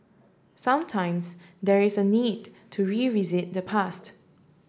sometimes there is a need to revisit the past